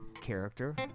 Character